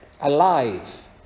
alive